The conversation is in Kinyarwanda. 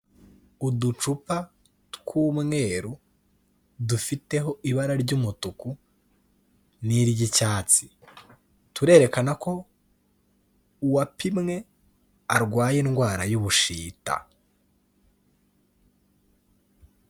Uducupa tw'umweru dufiteho ibara ry'umutuku n'iry'icyatsi turerekana ko uwapimwe arwaye indwara y'ubushita.